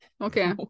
Okay